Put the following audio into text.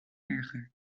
erger